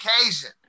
occasion